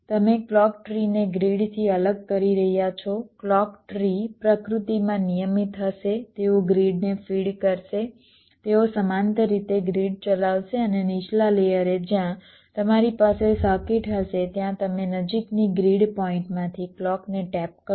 તમે ક્લૉક ટ્રીને ગ્રીડથી અલગ કરી રહ્યા છો ક્લૉક ટ્રી પ્રકૃતિમાં નિયમિત હશે તેઓ ગ્રિડને ફીડ કરશે તેઓ સમાંતર રીતે ગ્રીડ ચલાવશે અને નીચલા લેયરે જ્યાં તમારી પાસે સર્કિટ હશે ત્યાં તમે નજીકની ગ્રીડ પોઇન્ટમાંથી ક્લૉકને ટેપ કરો